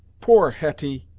poor hetty!